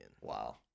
Wow